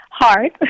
hard